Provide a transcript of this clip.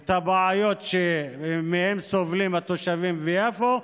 את הבעיות שמהן סובלים התושבים ביפו,